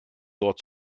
dort